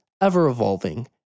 ever-evolving